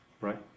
Right